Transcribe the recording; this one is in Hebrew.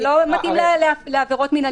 זה לא מתאים לעבירות מנהליות.